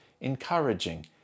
encouraging